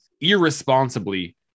irresponsibly